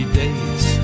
days